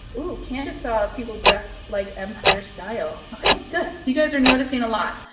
ooh, candace saw people dressed like empire style. okay, good. you guys are noticing a lot.